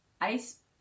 Ice